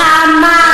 "חמאס".